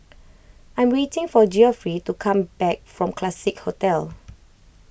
I am waiting for Geoffrey to come back from Classique Hotel